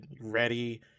ready